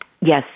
yes